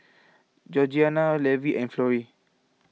Georgianna Levi and Florrie